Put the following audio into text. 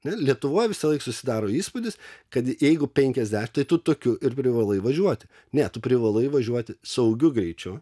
ne lietuvoj visąlaik susidaro įspūdis kad jeigu penkiasdešimt tai tu tokiu ir privalai važiuoti ne tu privalai važiuoti saugiu greičiu